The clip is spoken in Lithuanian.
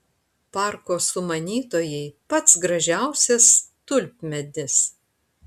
parko sumanytojai pats gražiausias tulpmedis